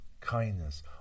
kindness